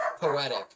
poetic